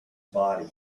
body